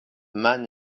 man